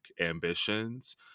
ambitions